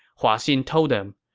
hua xin told them,